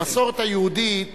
המסורת היהודית